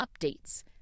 updates